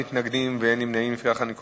נאפשר לאדוני להגיע